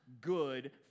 good